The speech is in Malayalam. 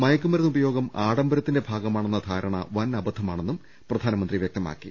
മയക്കുമരുന്ന് ഉ പയോഗം ആഡംബരത്തിന്റെ ഭാഗമാണെന്ന ധാരണ വൻഅബദ്ധ മാണെന്നും പ്രധാനമന്ത്രി വൃക്തമാക്കി